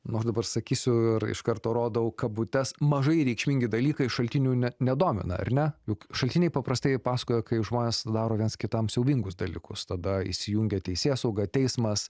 nu aš dabar sakysiu ir iš karto rodau kabutes mažai reikšmingi dalykai šaltinių ne nedomina ar ne juk šaltiniai paprastai jie pasakoja kaip žmonės daro viens kitam siaubingus dalykus tada įsijungia teisėsauga teismas